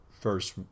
first